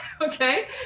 okay